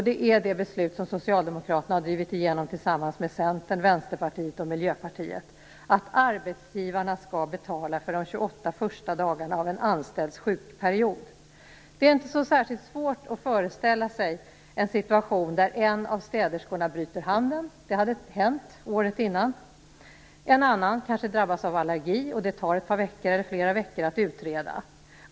Det är det beslut som Socialdemokraterna har drivit igenom tillsammans med Centern, Det är inte särskilt svårt att föreställa sig en situation där en av städerskorna bryter handen - det hade hänt året före - och en annan kanske drabbas av allergi, som det tar flera veckor att utreda.